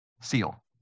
seal